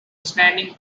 standing